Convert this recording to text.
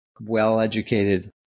well-educated